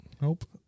Nope